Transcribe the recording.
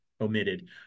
omitted